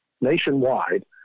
nationwide